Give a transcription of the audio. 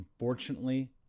unfortunately